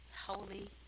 Holy